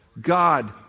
God